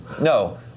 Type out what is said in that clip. No